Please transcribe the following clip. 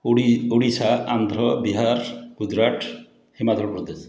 ଓଡ଼ି ଓଡ଼ିଶା ଆନ୍ଧ୍ର ବିହାର ଗୁଜୁରାଟ ହିମାଚଳ ପ୍ରଦେଶ